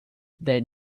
then